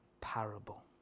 parable